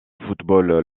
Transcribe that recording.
football